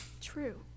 True